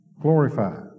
Glorified